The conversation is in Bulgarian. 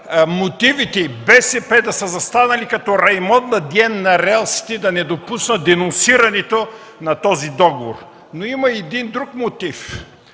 мотивите БСП да са застанали като Раймонда Диен на релсите, за да не допуснат денонсирането на този договор. Има друг мотив,